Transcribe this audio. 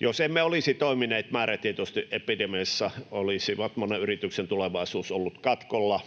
Jos emme olisi toimineet määrätietoisesti epidemiassa, olisi monen yrityksen tulevaisuus ollut katkolla